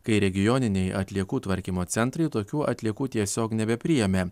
kai regioniniai atliekų tvarkymo centrai tokių atliekų tiesiog nebepriėmė